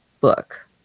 book